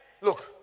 Look